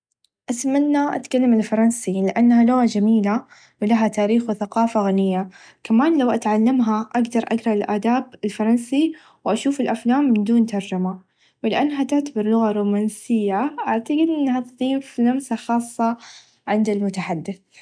اتمنى اتكلم الفرنسي لأنها لغه چميله و لها تاريخ و ثقافه غنيه كمان لو اتعلمها أقدر أقرأ الآداب الفرنسي و اشوف الافلام من دون ترچمه و لأنها تعتبر لغه رومانسيه اعتقد انها تظيف لمسه خاصه عند المتحدث.